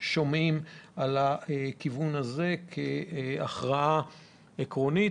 שומעים על הכיוון הזה כהכרעה עקרונית,